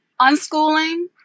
unschooling